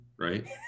right